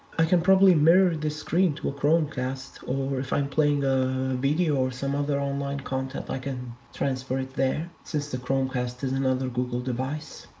i can probably mirror this screen to a chromecast, or if i'm playing a video, or some other online content, i can transfer it there, since the chromecast is another google device.